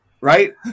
Right